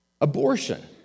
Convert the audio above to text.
abortion